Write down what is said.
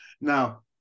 Now